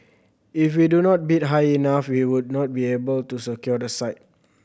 if we do not bid high enough we would not be able to secure the site